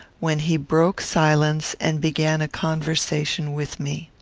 when he broke silence and began a conversation with me.